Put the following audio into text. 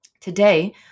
Today